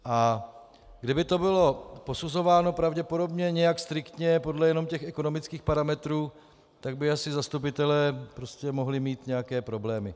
A kdyby to bylo posuzováno pravděpodobně nějak striktně jenom podle ekonomických parametrů, tak by asi zastupitelé mohli mít nějaké problémy.